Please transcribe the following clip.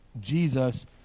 Jesus